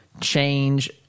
change